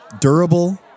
durable